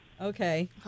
Okay